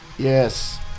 yes